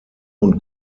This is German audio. und